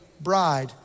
bride